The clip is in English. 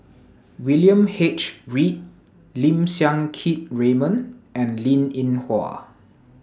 William H Read Lim Siang Keat Raymond and Linn in Hua